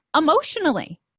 Emotionally